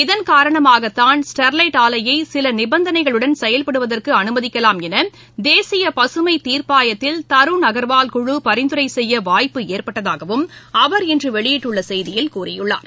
இதன் காரணமாகத் தான் ஸ்டெர்லைட் செயல்படுவதற்குஅனுமதிக்கலாம் எனதேசியபசுமைதீர்ப்பாயத்தில் தருண் அகர்வால் குழு பரிந்துரைசெய்யவாய்ப்பு ஏற்பட்டதாகவும் அவர் இன்றுவெளியிட்டுள்ளசெய்தியில் கூறியுள்ளார்